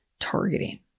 targeting